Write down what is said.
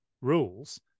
rules